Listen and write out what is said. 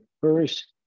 first